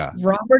Robert